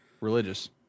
religious